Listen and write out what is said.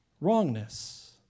wrongness